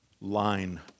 line